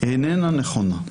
איננה נכונה.